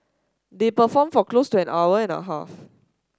they performed for close an hour and a half